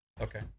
Okay